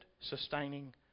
sustaining